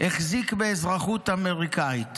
החזיק באזרחות אמריקאית.